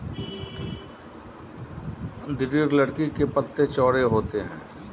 दृढ़ लकड़ी के पत्ते चौड़े होते हैं